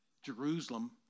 Jerusalem